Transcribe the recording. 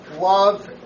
love